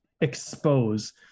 expose